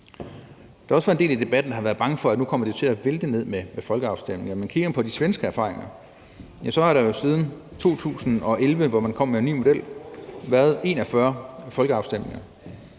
Der har også været en del i debatten, der har været bange for, at nu kommer det til at vælte ned med folkeafstemninger. Men kigger man på de svenske erfaringer, har der siden 2011, hvor man kom med en ny model, været 41 folkeafstemninger,